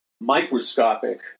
microscopic